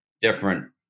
different